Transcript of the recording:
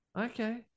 Okay